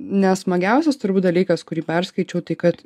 nesmagiausias turbūt dalykas kurį perskaičiau tai kad